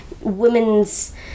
women's